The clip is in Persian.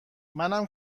منم